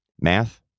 math